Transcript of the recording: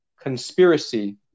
conspiracy